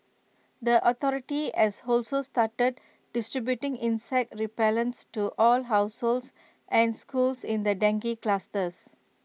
the authority as also started distributing insect repellents to all households and schools in the dengue clusters